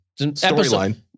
storyline